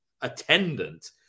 attendant